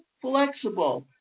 flexible